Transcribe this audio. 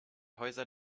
häuser